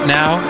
now